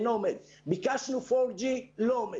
לא עומד, ביקשנו 4G לא עומד.